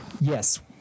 Yes